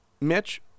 Mitch